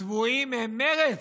הצבועים הם מרצ,